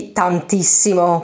tantissimo